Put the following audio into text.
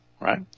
Right